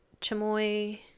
chamoy